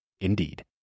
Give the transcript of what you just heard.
Indeed